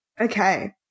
Okay